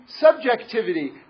subjectivity